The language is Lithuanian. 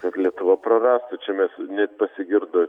tad lietuva prarastų čia mes nepasigirdo